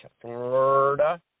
Florida